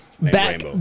back